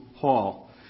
hall